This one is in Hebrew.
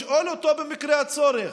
לשאול אותו במקרה הצורך,